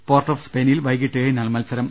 port of സ്പെയിനിൽ വൈകിട്ട് ഏഴിനാണ് മത്സരം